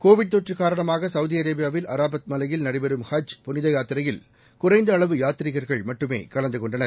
Covid தொற்றுகாரணமாகசவுதிஅரேபியாவில் நடைபெறும் வந் புனிதயாத்திரையில் குறைந்தஅளவு யாத்ரிகர்கள் மட்டுமேகலந்துகொண்டனர்